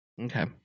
Okay